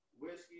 whiskey